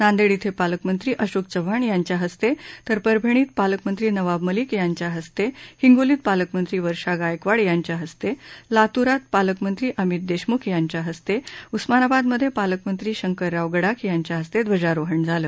नांदेड इथं पालकमंत्री अशोक चव्हाण यांच्या हस्ते परभणीत पालकमंत्री नवाब मलिक यांच्या हस्ते हिंगोलीत पालकमंत्री वर्षा गायकवाड यांच्या हस्ते लातूरात पालकमंत्री अमित देशमुख यांच्या हस्ते उस्मानाबादेत पालकमंत्री शंकरराव गडाख यांच्याहस्ते ध्वजारोहण झालं